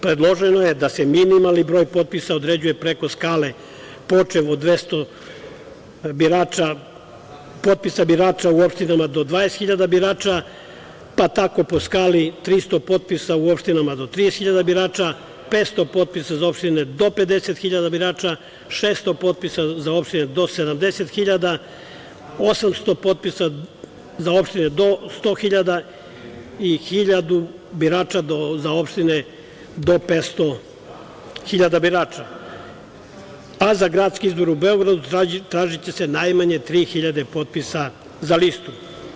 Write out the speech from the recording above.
Predloženo je da se minimalni broj potpisa određuje preko skale počev od 200 potpisa birača u opštinama do 20 hiljada birača, pa tako po skali 300 potpisa u opštinama do 30 hiljada birača, 500 potpisa za opštine do 50 hiljada birača, 600 potpisa za opštine do 70 hiljada, 800 potpisa za opštine do 100 hiljada i hiljadu birača za opštine do 500 hiljada birača, a za gradske izbore u Beogradu tražiće se najmanje tri hiljade potpisa za listu.